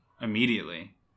immediately